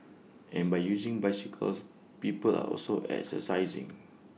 and by using bicycles people are also exercising